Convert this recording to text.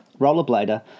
rollerblader